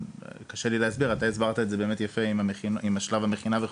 קשה לי להסביר אתה הסברת את זה יפה עם שלב המכינה.